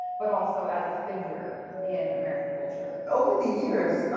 but also as a figure in american culture. over the years, ah